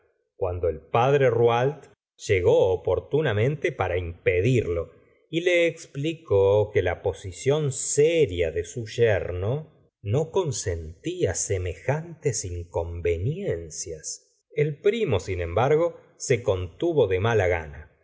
cuando el podre rouault llegó oportunamente para impedirlo y le explicó que la posición seria de su yerno no consentía semejantes inconveniencias el primo sin embargo se contuvo de mala gana